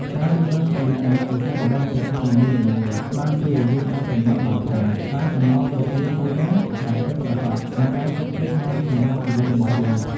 ការយល់ដឹងពីលក្ខណៈពិសេសរបស់មិត្តភាពនីមួយៗបានជួយឲ្យយើងអាចកំណត់បានថា តើចំណងមិត្តភាពមួយណាដែលពិតប្រាកដនិងអាចទុកចិត្តបានសម្រាប់ជីវិតរបស់យើង។